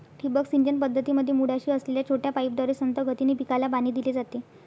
ठिबक सिंचन पद्धतीमध्ये मुळाशी असलेल्या छोट्या पाईपद्वारे संथ गतीने पिकाला पाणी दिले जाते